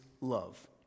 love